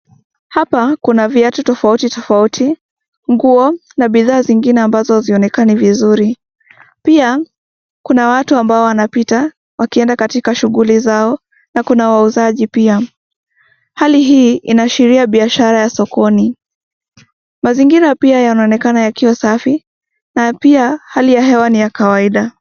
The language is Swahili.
Hapa kuna viatu tofautitofauti, nguo na bidhaa zingine ambazo hazionekani vizuri. Pia kuna watu ambao wanapita wakienda katika shuguli zao na kuna wauzaji pia. Hali hii inaashiria biashra ya sokoni. Mazingira pia yanaonekana yakiwa safi na pia hali ya hewa ni ya kawaida.